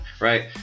Right